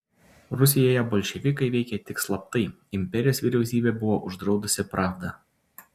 rusijoje bolševikai veikė tik slaptai imperijos vyriausybė buvo uždraudusi pravdą